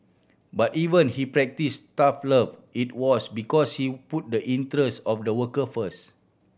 but even he practised tough love it was because he put the interest of the worker first